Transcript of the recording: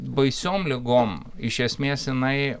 baisiom ligom iš esmės jinai